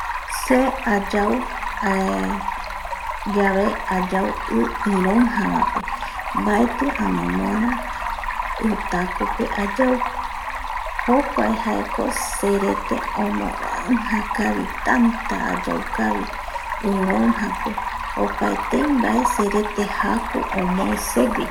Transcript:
Se ayau yave, ayau ii iroija bape baeti amomora itakupe ayau, jokuae jae ko serete omoronja kabi tata ayau kabi iroija pe, opaetei bae serete jaku bae omue sewi